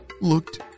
looked